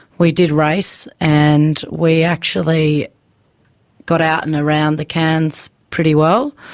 we did race, and we actually got out and around the cans pretty well.